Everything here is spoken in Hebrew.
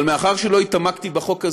אבל מאחר שלא התעמקתי בחוק הזה,